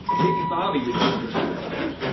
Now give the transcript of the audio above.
maybe bobby would do it for two hundred dollars